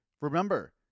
remember